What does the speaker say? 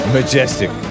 Majestic